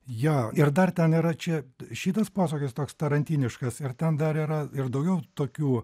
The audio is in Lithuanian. jo ir dar ten nėra čia šitas posakis toks tarantiniškas ir ten dar yra ir daugiau tokių